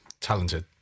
talented